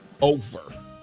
over